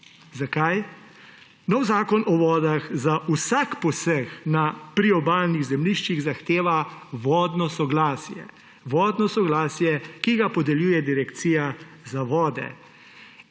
Zakaj? Novi Zakon o vodah za vsak poseg na priobalnih zemljiščih zahteva vodno soglasje; vodno soglasje, ki ga podeljuje Direkcija za vode.